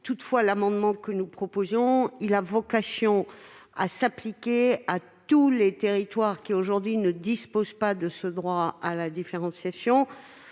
Toutefois, la rédaction que nous proposons a vocation à s'appliquer à tous les territoires qui, aujourd'hui, ne disposent pas de ce droit à la différenciation.